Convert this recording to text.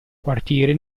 quartiere